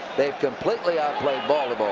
they've completely outplayed